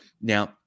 Now